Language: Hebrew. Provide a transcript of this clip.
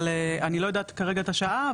אבל אני לא יודעת כרגע את השעה,